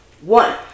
One